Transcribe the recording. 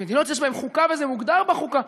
במדינות שיש בהן חוקה וזה מוגדר בחוקה,